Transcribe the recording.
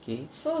okay